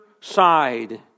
side